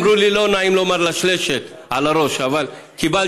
אמרו לי, לא נעים לומר לשלשת על הראש, אבל קיבלתי.